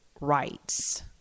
rights